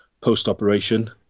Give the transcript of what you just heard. post-operation